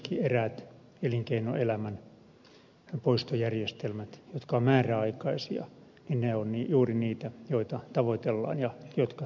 myöskin eräät elinkeinoelämän poistojärjestelmät jotka ovat määräaikaisia ne ovat juuri niitä joita tavoitellaan ja jotka toimivat hyvin